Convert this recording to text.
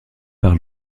par